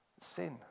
sin